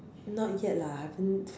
not yet lah I haven't